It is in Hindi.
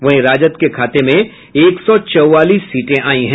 वहीं राजद के खाते में एक सौ चौवालीस सीटें आयी है